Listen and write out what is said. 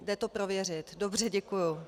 Jde to prověřit, dobře, děkuji .